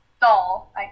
doll